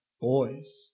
boys